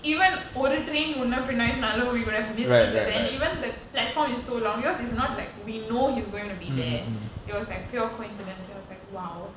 even ஒரு:oru train முன்னபின்னஆய்டுச்சுனாலும்:munna pinna aaiduchunaalum we would have missed each other and even the platform is so long because it's not like we know he's going to be there it was like pure coincidence it was like !wow!